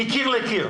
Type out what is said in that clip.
מקיר לקיר,